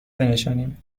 بنشانیم